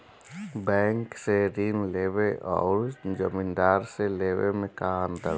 Bank से ऋण लेवे अउर जमींदार से लेवे मे का अंतर बा?